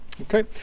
Okay